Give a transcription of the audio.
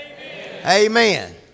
Amen